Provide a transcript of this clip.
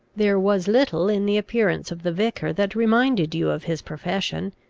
there was little in the appearance of the vicar that reminded you of his profession,